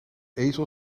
ezel